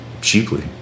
Cheaply